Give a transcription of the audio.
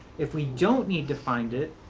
if we don't need to find it,